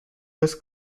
des